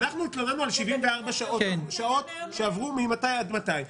אנחנו התלוננו על 74 שעות שעברו ממתי עד מתי.